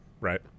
Right